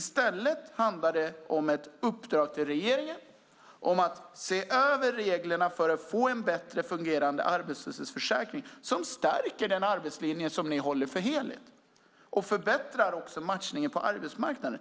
I stället handlar det om ett uppdrag till regeringen att se över reglerna för att få en bättre fungerande arbetslöshetsförsäkring som stärker den arbetslinje som ni håller för helig och också förbättrar matchningen på arbetsmarknaden.